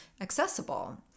accessible